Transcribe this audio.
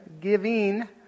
giving